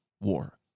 war